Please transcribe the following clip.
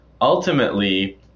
ultimately